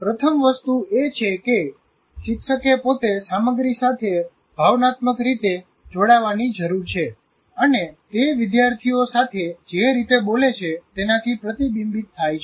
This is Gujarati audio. પ્રથમ વસ્તુ એ છે કે શિક્ષકે પોતે સામગ્રી સાથે ભાવનાત્મક રીતે જોડાવાની જરૂર છે અને તે વિદ્યાર્થીઓ સાથે જે રીતે બોલે છે તેનાથી પ્રતિબિંબિત થાય છે